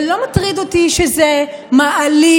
זה לא מטריד אותי שזה מעליב